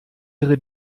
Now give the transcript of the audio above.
ihre